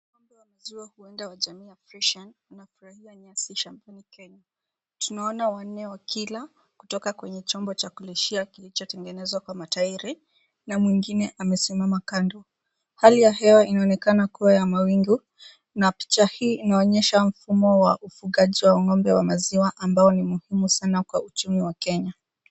Ng'ombe wa maziwa huenda ya jamii ya Freshian zinafurahia nyasi shambani Kenya. Tunaona watu wanne wakila kutoka kwenye chombo cha kulishia kilichotengenezwa kwa matairi na mwingine amesimama kando. Hali ya hewa inaonekana kuwa ya mawingu na picha hii inaonyesha mfumo wa ufugaji wa ng'ombe wa maziwa ambao ni muhimi sana kwa uchumi wa Kenya.